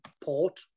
port